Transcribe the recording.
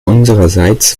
unsererseits